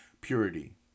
purity